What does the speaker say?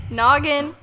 noggin